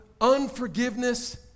unforgiveness